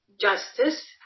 justice